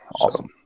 Awesome